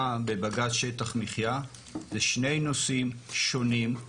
בבג"צ שטח מחיה זה שני נושאים שונים.